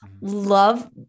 love